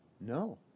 no